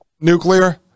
nuclear